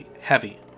heavy